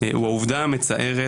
היא העובדה המצערת,